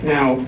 Now